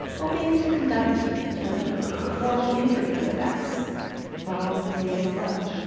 hoping to conduct, you know, a formal interview with x while tanya slept